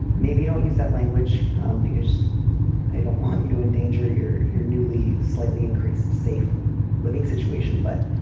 maybe you don't use that language because i don't want you to endanger your your newly, slightly increased safe living situation. but